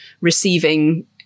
receiving